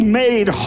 made